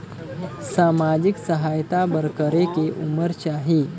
समाजिक सहायता बर करेके उमर चाही?